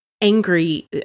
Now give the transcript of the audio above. angry